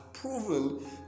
Proven